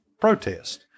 protest